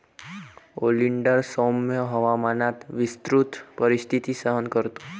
oleander सौम्य हवामानात विस्तृत परिस्थिती सहन करतो